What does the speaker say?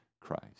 Christ